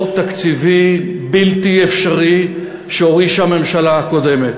תקציבי בלתי אפשרי שהורישה הממשלה הקודמת,